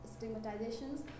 stigmatizations